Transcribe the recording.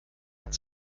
hat